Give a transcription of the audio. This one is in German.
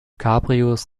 cabrios